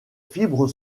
fibres